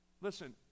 Listen